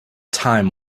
time